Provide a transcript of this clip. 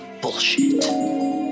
bullshit